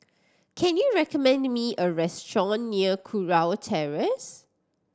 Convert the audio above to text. can you recommend me a restaurant near Kurau Terrace